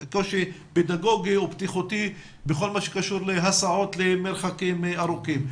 קושי פדגוגי ובטיחותי בכל מה שקשור להסעות למרחקים ארוכים,